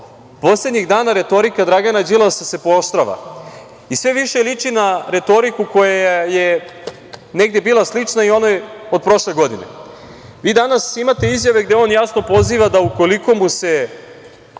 poslednjih dana retorika Dragana Đilasa se pooštrava i sve više liči na retoriku koja je negde bila sličnoj onoj od prošle godine. Vi danas imate izjave gde on jasno poziva da će, ukoliko mu se